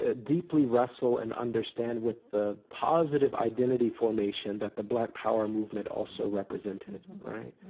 ah deeply wrestle and understand with the positive identity formation that the black power movement also represented, right?